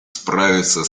справиться